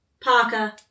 Parker